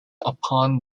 upon